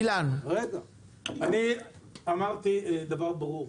אני אמרתי דבר ברור,